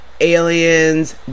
aliens